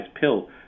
pill